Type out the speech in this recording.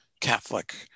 Catholic